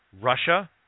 Russia